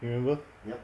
remember